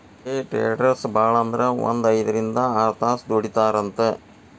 ಡೆ traders ಭಾಳಂದ್ರ ಒಂದ್ ಐದ್ರಿಂದ್ ಆರ್ತಾಸ್ ದುಡಿತಾರಂತ್